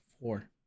four